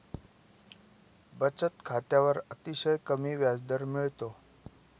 बचत खात्यावर अतिशय कमी व्याजदर मिळतो